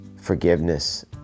forgiveness